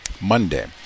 Monday